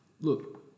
look